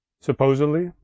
Supposedly